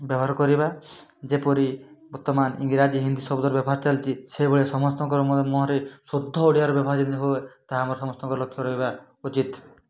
ବ୍ୟବହାର କରିବା ଯେପରି ବର୍ତ୍ତମାନ ଇଙ୍ଗ୍ରାଜି ହିନ୍ଦୀ ସବୁଥିରେ ବ୍ୟବହାର ଚାଲିଛି ସେଇଭଳିଆ ସମସ୍ତଙ୍କର ମୁହଁରେ ଶୁଦ୍ଧ ଓଡ଼ିଆର ବ୍ୟବହାର ଯେମିତି ହୁଏ ତାହା ଆମ ସମସ୍ତଙ୍କର ଲକ୍ଷ୍ୟ ରହିବା ଉଚିତ୍